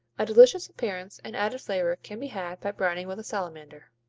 a delicious appearance and added flavor can be had by browning with a salamander.